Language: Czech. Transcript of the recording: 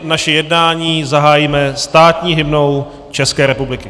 Naše jednání zahájíme státní hymnou České republiky.